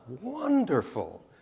wonderful